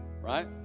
right